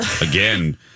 again